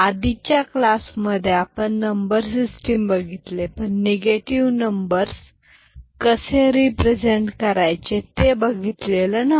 आधीच्या क्लासमध्ये आपण नंबर सिस्टिम बघितले पण निगेटिव नंबर्स कसे रिप्रेझेंट करायचे ते बघितलेलं नाही